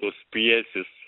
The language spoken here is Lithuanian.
tos pjesės